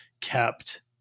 kept